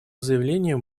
заявлением